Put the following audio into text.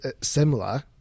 similar